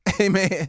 amen